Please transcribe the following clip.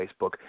Facebook